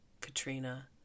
Katrina